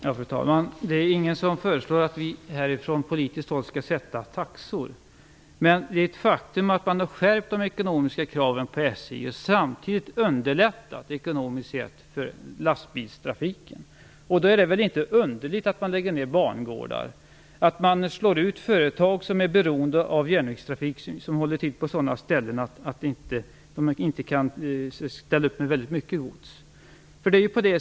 Fru talman! Det är inte någon som föreslår att vi från politiskt håll skall sätta taxor. Men det är ett faktum att man har skärpt de ekonomiska kraven på SJ samtidigt som man ekonomiskt sett har underlättat för lastbilstrafiken. Det är då inte underligt att bangårdar läggs ner och att företag som är beroende av järnvägstrafik slås ut på sådana ställen som inte har väldigt mycket gods.